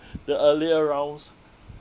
the earlier rounds